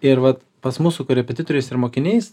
ir vat pas mus su korepetitoriais ir mokiniais